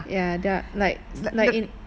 ya their like like in